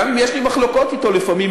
גם אם יש לי מחלוקות אתו לפעמים,